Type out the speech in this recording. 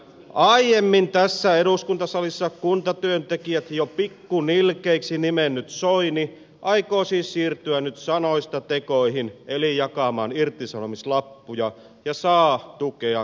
aiemmin tässä eduskuntasalissa kuntatyöntekijät jo pikkunilkeiksi nimennyt soini aikoo siis siirtyä nyt sanoista tekoihin eli jakamaan irtisanomislappuja ja saa tukea gallupsuosikki keskustalta